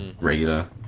regular